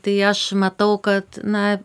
tai aš matau kad na